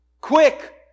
Quick